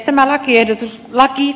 tämä laki on hyvä